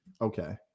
Okay